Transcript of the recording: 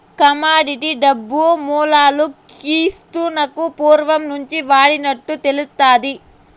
commodity డబ్బు మూలాలు క్రీస్తునకు పూర్వం నుంచే వాడినట్లు తెలుస్తాది